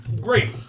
Great